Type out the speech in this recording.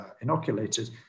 inoculated